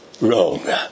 wrong